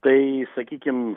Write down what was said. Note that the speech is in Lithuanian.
tai sakykim